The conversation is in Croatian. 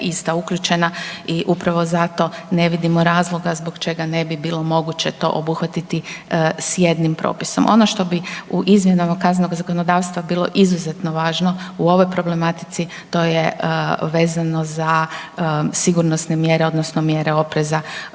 ista uključena i upravo zato ne vidimo razloga zbog čega ne bi bilo moguće to obuhvatiti s jednim propisom. Ono što bi u izmjenama kaznenog zakonodavstva bilo izuzetno važno u ovoj problematici, to je vezano za sigurnosne mjere, odnosno mjere opreza